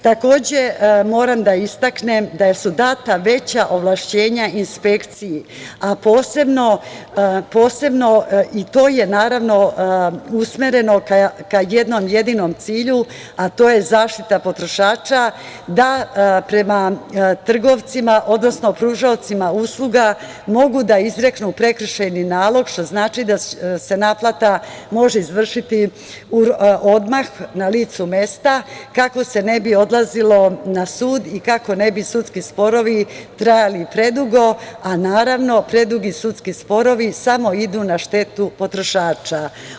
Takođe, moram da istaknem da su data veća ovlašćenja inspekciji, a posebno, i to je naravno usmereno ka jednom jedinom cilju, a to je zaštita potrošača da prema trgovcima, odnosno pružaocima usluga mogu da izreknu prekršajni nalog što znači da se naplata može izvršiti odmah na licu mesta kako se ne bi odlazilo na sud i kako ne bi sudski sporovi trajali predugo, a naravno predugi sudski sporovi samo idu na štetu potrošača.